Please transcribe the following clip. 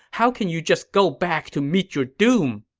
how can you just go back to meet your doom?